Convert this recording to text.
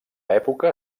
època